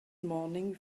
morning